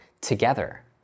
together